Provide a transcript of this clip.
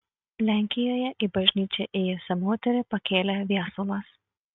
lenkijoje į bažnyčią ėjusią moterį pakėlė viesulas